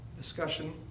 discussion